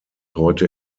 heute